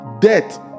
Death